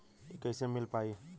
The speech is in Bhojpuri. इ कईसे मिल पाई?